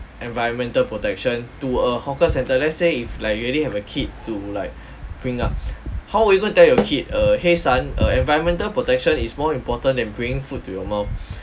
environmental protection to a hawker centre let's say if like you already have a kid to like bring up how are you going to tell your kid err !hey! son err environmental protection is more important than bringing food to your mouth